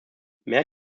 mehr